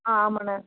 ஆ ஆமாண்ண